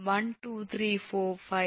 1 2 3 4 5